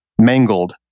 mangled